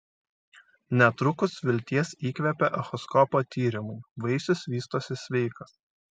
netrukus vilties įkvėpė echoskopo tyrimai vaisius vystosi sveikas